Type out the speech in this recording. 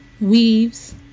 weaves